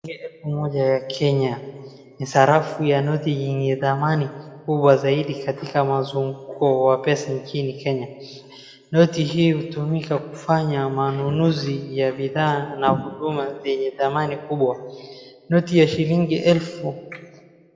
Elfu moja ya Kenya. Ni sarafu ya noti yenye thamani kubwa zaidi katika mazunguko wa pesa nchini Kenya. Noti hii hutumika kufanya manunuzi ya bidhaa na huduma zenye thamani kubwa. Noti ya shilingi elfu.